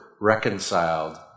reconciled